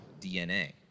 DNA